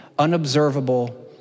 unobservable